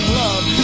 love